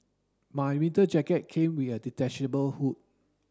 my winter jacket came with a detachable hood